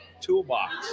toolbox